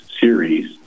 series